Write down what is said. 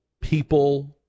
people